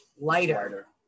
lighter